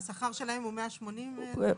והשכר שלהם הוא 180 אחוז?